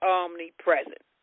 omnipresent